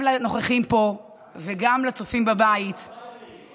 סוף-סוף הבאתם חוק אחד שלא קשור לביבי, תודה לאל.